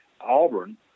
Auburn